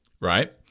right